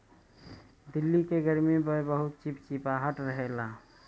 दिल्ली के गरमी में बहुते चिपचिपाहट रहेला